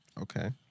Okay